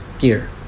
year